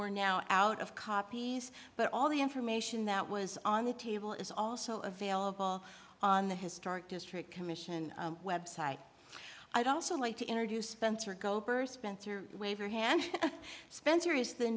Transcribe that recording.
we're now out of copies but all the information that was on the table is also available on the historic district commission website i'd also like to introduce spencer gober spencer wave her hand spencer is the